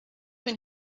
when